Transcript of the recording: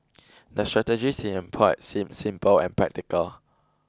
the strategies he employed seemed simple and practical